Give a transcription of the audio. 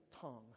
tongue